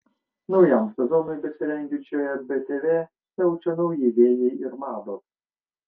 naujam sezonui besirengiančioje btv siaučia nauji vėjai ir mados